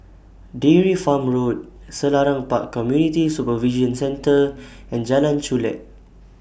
Dairy Farm Road Selarang Park Community Supervision Centre and Jalan Chulek